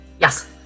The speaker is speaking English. Yes